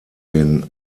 den